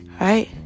Right